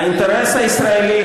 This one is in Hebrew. האינטרס הישראלי,